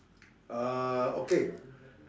uh okay